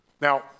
Now